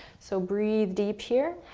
so breath deep here.